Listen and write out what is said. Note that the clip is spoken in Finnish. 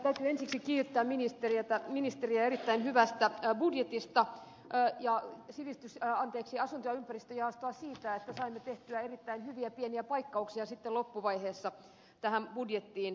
täytyy ensiksi kiittää ministeriä erittäin hyvästä budjetista ja asunto ja ympäristöjaostoa siitä että saimme tehtyä erittäin hyviä pieniä paikkauksia sitten loppuvaiheessa tähän budjettiin